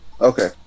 Okay